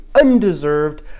undeserved